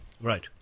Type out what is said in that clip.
Right